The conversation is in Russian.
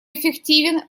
эффективен